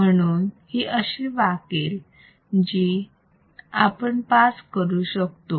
म्हणून ही अशी वाकेल जी आपण पास करू शकतो